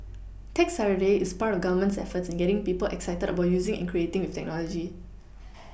tech Saturday is part of the government's efforts in getting people excited about using and creating with technology